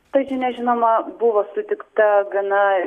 ta žinia žinoma buvo sutikta gana